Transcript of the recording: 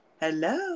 Hello